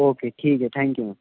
okay ٹھیک ہے thank you ma'am